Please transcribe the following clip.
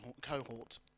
cohort